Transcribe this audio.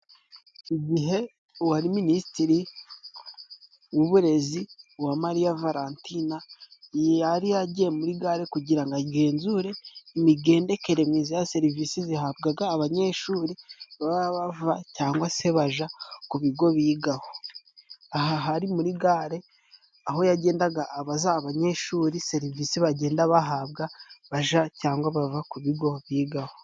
Igihe uwari Minisitiri w'Uburezi, Uwamariya Valantina yari yagiye muri gare kugira ngo agenzure imigendekere myiza ya serivisi zihabwaga abanyeshuri baba bava cyangwa se baja ku bigo bigaho. Aha hari muri gare, aho yagendaga abaza abanyeshuri serivisi bagenda bahabwa baja cyangwa bava ku bigo bigaho.